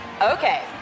Okay